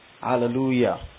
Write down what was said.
Hallelujah